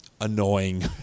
annoying